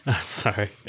sorry